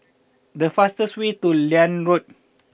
the fastest way to Liane Road